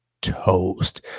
toast